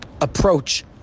approach